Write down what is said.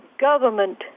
government